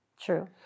True